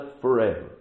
forever